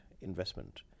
investment